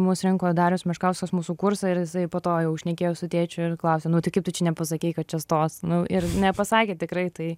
mus rinko darius meškauskas mūsų kursą ir jisai po to jau šnekėjo su tėčiu ir klausia nu tai kaip tu čia nepasakei kad čia stos nu ir nepasakė tikrai tai